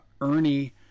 Ernie